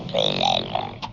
a